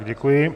Děkuji.